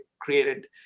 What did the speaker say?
created